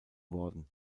worden